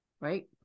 right